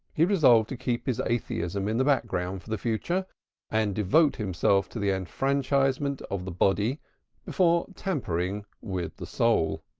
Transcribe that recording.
he resolved to keep his atheism in the background for the future and devote himself to the enfranchisement of the body before tampering with the soul.